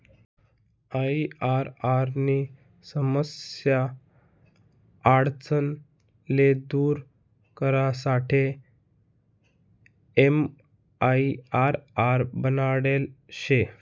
IRR नी समस्या आडचण ले दूर करासाठे एमआईआरआर बनाडेल शे